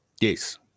yes